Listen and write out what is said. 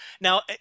Now